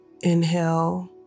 Inhale